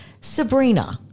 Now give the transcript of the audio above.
Sabrina